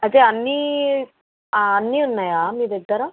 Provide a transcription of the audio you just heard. అయితే అన్నీ అన్నీ ఉన్నాయా మీ దగ్గర